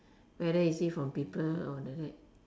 whether is it from people or like that